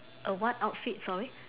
a what outfit sorry